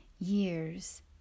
Years